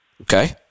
Okay